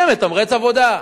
זה מתמרץ עבודה.